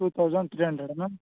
to thousand three hundred ma'am